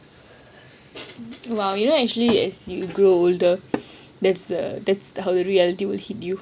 !wow! you know actually as you grow older that's the that's the how reality will hit you